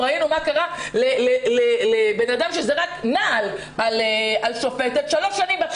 ראינו מה קרה לבן אדם שזרק נעל על שופטת שלוש שנים בכלא.